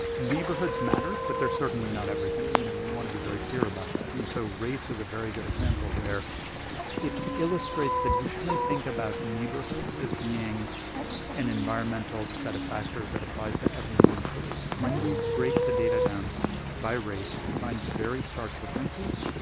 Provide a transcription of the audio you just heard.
neighborhoods matter, but they're certainly not everything. i mean, i want to be very clear about that. and so race is a very good example where it illustrates that you shouldn't think about neighborhoods as being an environmental set of factors that applies to everyone equally. when we break the data down by race, we find very stark differences,